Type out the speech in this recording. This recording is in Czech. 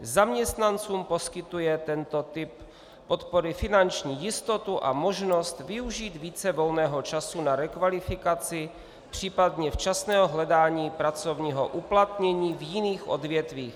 Zaměstnancům poskytuje tento typ podpory finanční jistotu a možnost využít více volného času na rekvalifikaci, případně včasného hledání pracovního uplatnění v jiných odvětvích.